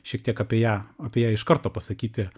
šiek tiek apie ją apie ją iš karto pasakyti